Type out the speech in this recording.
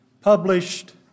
published